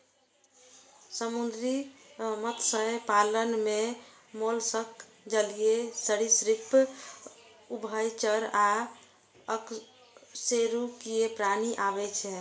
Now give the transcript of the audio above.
समुद्री मत्स्य पालन मे मोलस्क, जलीय सरिसृप, उभयचर आ अकशेरुकीय प्राणी आबै छै